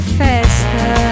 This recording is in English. festa